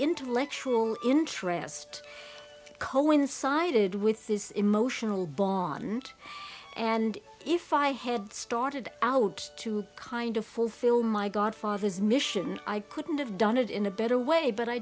intellectual interest coincided with this emotional bond and if i had started out to kind of fulfill my godfathers mission i couldn't have done it in a better way but i